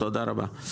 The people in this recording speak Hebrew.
תודה רבה.